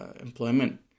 employment